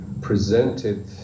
presented